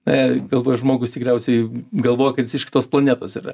a galvoj žmogus tikriausiai galvoja kad jis iš kitos planetos yra